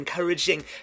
encouraging